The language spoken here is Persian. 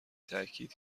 تاکید